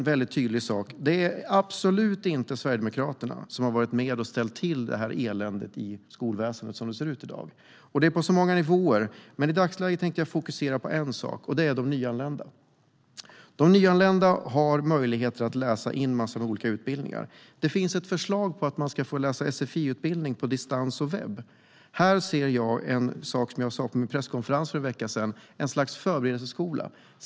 Sverigedemokraterna har absolut inte varit med och ställt till med allt elände vi har i det svenska skolväsendet. Det är på så många nivåer, men jag ska fokusera på en sak: de nyanlända. De nyanlända har möjlighet att läsa in en massa olika utbildningar. Det finns förslag på att man ska få läsa sfi-utbildning på distans och webb. Här ser jag det som jag sa på min presskonferens för en vecka sedan: ett slags förberedelseskola.